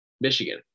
Michigan